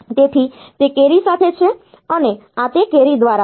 તેથી તે કેરી સાથે છે અને આ તે કેરી દ્વારા છે